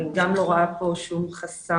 אני גם לא רואה פה שום חסם,